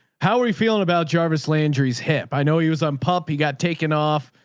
how are you feeling about jarvis landry's hip? i know he was on pump. he got taken off,